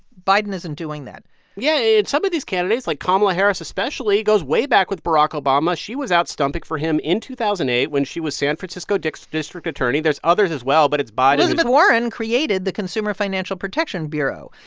biden isn't doing that yeah, and some of these candidates like, kamala harris, especially, goes way back with barack obama. she was out stumping for him in two thousand and eight when she was san francisco district district attorney. there's others, as well, but it's biden. elizabeth warren created the consumer financial protection bureau.